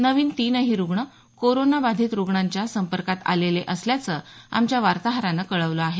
नवीन तीनही रुग्ण कोरोनाबाधित रुग्णाच्या संपर्कात आलेले असल्याचं आमच्या वार्ताहरानं कळवलं आहे